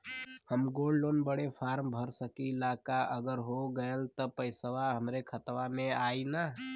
हम gold loan बड़े form भर सकी ला का अगर हो गैल त पेसवा हमरे खतवा में आई ना?